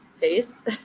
pace